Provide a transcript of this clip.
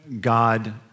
God